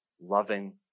loving